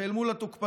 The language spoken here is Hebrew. ואל מול התוקפנות